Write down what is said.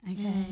okay